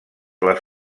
les